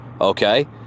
okay